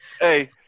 hey